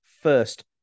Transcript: first